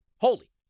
Holy